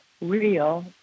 real